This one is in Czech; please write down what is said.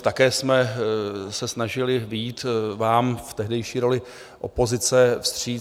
Také jsme se snažili vyjít vám v tehdejší roli opozice vstříc.